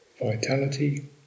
vitality